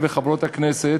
תגיד,